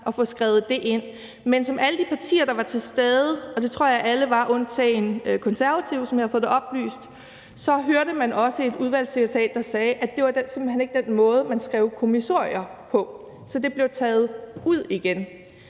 lavet samlet set. Men som alle de partier, der var til stede, ved – det tror jeg at alle var undtagen Konservative, som jeg har fået det oplyst – så hørte man også et udvalgssekretariat, der sagde, at det simpelt hen ikke var den måde, man skrev kommissorier på. Så det blev taget ud igen.